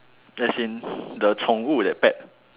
as in the 宠物 that pet